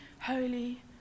holy